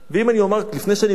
לפני שאני אקרא,